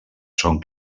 són